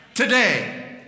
today